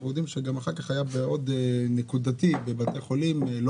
כשאנחנו יודעים שאחר כך היה גם נקודתי בבתי חולים לא